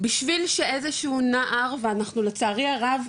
בשביל שאיזשהו נער ואנחנו לצערי הרב,